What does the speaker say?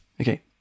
Okay